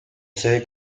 sede